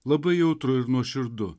labai jautru ir nuoširdu